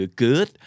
good